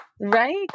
Right